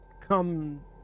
come